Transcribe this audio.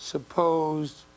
Supposed